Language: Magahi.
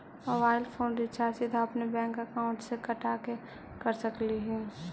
मोबाईल फोन रिचार्ज सीधे अपन बैंक अकाउंट से कटा के कर सकली ही?